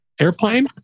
airplane